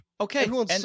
Okay